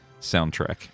soundtrack